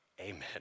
amen